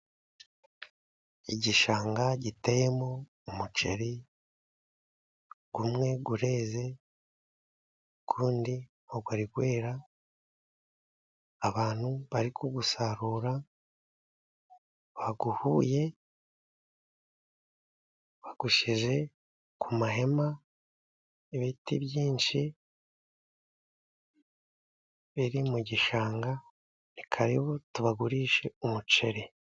Igishanga giteyemo umuceri umwe ureze, uwunndi ntago urera, abantu bari gusarura bawuhuye, bawushyize ku mahema, biti byinshi biri mu gishanga, ni karibu tubagurishe umuceri.